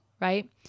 right